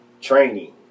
training